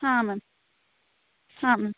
ಹಾಂ ಮ್ಯಾಮ್ ಹಾಂ ಮ್